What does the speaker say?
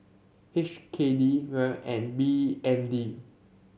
H K D Riel and B N D